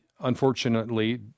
unfortunately